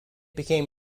became